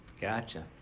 Gotcha